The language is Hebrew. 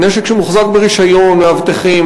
הנשק שמוחזק ברישיון: מאבטחים,